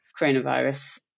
coronavirus